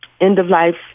end-of-life